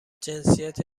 جنسیت